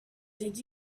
did